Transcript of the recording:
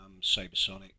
Sabersonic